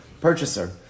Purchaser